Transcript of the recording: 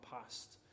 past